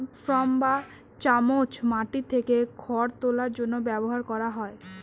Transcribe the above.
fork বা চামচ মাটি থেকে খড় তোলার জন্য ব্যবহার করা হয়